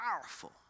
powerful